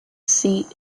seat